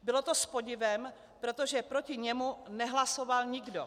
Bylo to s podivem, protože proti němu nehlasoval nikdo.